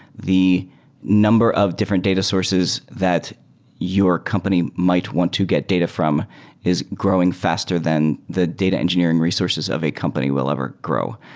the number of different data sources that your company might want to get data from is growing faster than the data engineering resources of a company will ever grow.